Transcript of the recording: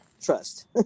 trust